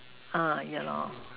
uh yeah lor